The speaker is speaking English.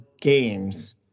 games